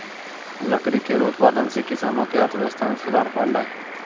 लकड़ी केरो उत्पादन सें किसानो क अर्थव्यवस्था में सुधार हौलय